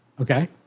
Okay